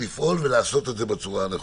לפעול ולעשות את זה בצורה הנכונה.